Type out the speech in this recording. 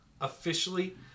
officially